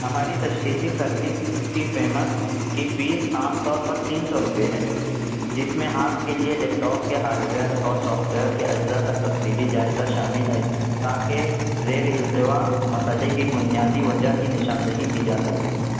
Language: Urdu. ہماری تشخیصی سروس کی فیمس کی فیس عام طور پر تین سو روپئے ہے جس میں آپ کے لیے لیپٹاپ کے ہارڈویئر اور سوفٹویئر کے اجزاء کا تفصیلی جائزہ شامل ہے تاکہ زیر التوا مسئلے کی بنیادی وجہ کی نشاندہی کی جا سکے